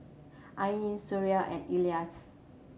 Ain Suria and Elyas